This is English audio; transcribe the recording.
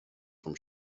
from